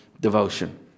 devotion